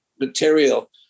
material